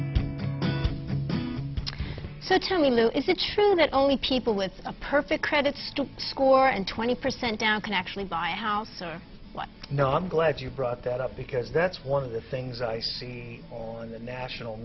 org so tell me now is it true that only people with a perfect credit still score and twenty percent down can actually buy a house so i know i'm glad you brought that up because that's one of the things i see on the national